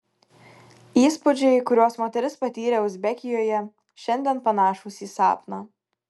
įspūdžiai kuriuos moteris patyrė uzbekijoje šiandien panašūs į sapną